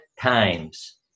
times